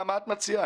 מה את מציעה?